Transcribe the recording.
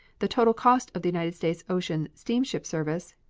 the total cost of the united states ocean steamship service,